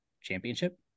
championship